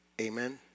Amen